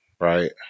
right